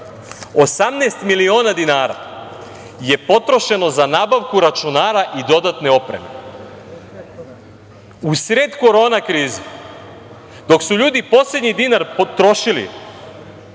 18 miliona dinara je potrošeno za nabavku računara i dodatne opreme. U sred korona krize. Dok su ljudi poslednji dinar potrošili